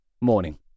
morning